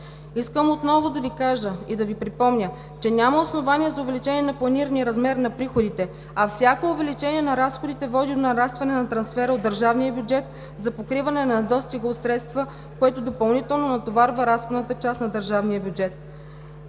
Искам отново да Ви кажа и да Ви припомня, че няма основания за увеличение на планирания размер на приходите, а всяко увеличение на разходите води до нарастване на трансфера от държавния бюджет за покриване на недостига от средства, което допълнително натоварва разходната част на държавния бюджет.